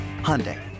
Hyundai